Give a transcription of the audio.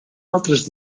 altres